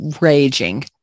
raging